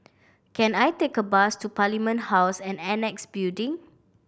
can I take a bus to Parliament House and Annexe Building